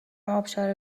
ابشار